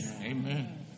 Amen